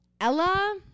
Ella